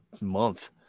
month